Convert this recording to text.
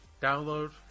Download